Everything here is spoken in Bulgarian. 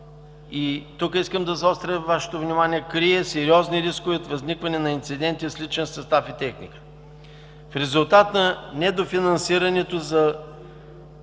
Тук искам да заостря Вашето внимание: крие сериозни рискове от възникване на инциденти с личен състав и техника. В резултат на недофинансирането се